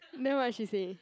then what she say